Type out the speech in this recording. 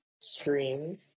stream